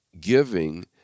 giving